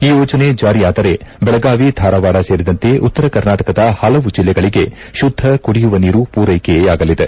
ಈ ಯೋಜನೆ ಜಾರಿಯಾದರೆ ಬೆಳಗಾವಿ ಧಾರವಾಡ ಸೇರಿದಂತೆ ಉತ್ತರ ಕರ್ನಾಟಕದ ಹಲವು ಜಲ್ಲೆಗಳಗೆ ಶುದ್ದ ಕುಡಿಯುವ ನೀರು ಪೂರೈಕೆಯಾಗಲಿದೆ